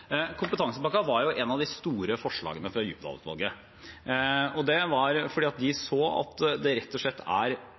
av de store forslagene fra Djupedal-utvalget. Det var fordi de så at det rett og slett er